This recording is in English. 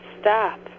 Stop